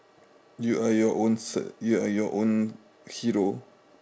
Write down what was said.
you are your own s~ you are your own hero